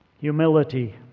humility